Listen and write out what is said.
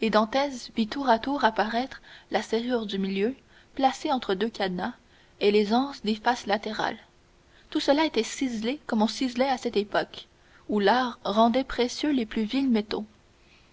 et dantès vit tour à tour apparaître la serrure du milieu placée entre deux cadenas et les anses des faces latérales tout cela était ciselé comme on ciselait à cette époque où l'art rendait précieux les plus vils